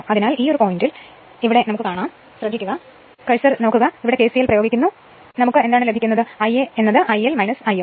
അതിനാൽ ഈ പോയിന്റിൽ ഈ നോട്ടം പ്രയോഗിച്ചാൽ ഞങ്ങൾ കെസിഎൽ പ്രയോഗിക്കുന്നു ഈ സമയത്ത് കെസിഎൽ പ്രയോഗിക്കുക Ia IL If